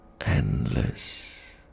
Endless